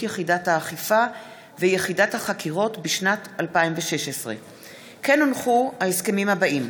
יחידת האכיפה ויחידת החקירות בשנת 2016. ההסכמים האלה: